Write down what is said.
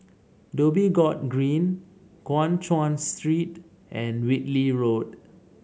Dhoby Ghaut Green Guan Chuan Street and Whitley Road